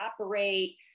operate